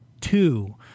two